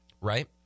right